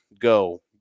Go